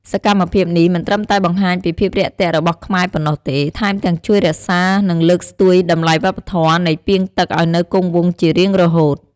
សកម្មភាពនេះមិនត្រឹមតែបង្ហាញពីភាពរាក់ទាក់របស់ខ្មែរប៉ុណ្ណោះទេ ថែមទាំងជួយរក្សា និងលើកស្ទួយតម្លៃវប្បធម៌នៃ ពាងទឹក ឲ្យនៅគង់វង្សជារៀងរហូត។